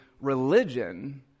religion